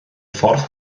ffordd